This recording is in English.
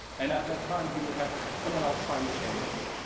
and at that time he would have someone else prime the canvas.